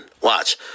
Watch